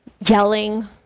yelling